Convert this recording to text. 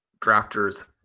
drafters